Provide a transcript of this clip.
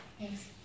yes